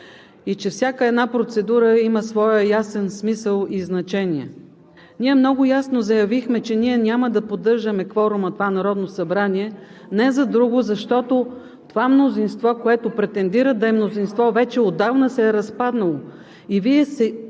и че всяка една процедура има своя ясен смисъл и значение. Ние много ясно заявихме, че няма да поддържаме кворума в това Народно събрание не за друго, а защото това мнозинство, което претендира да е мнозинство, вече отдавна се е разпаднало